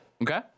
Okay